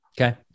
Okay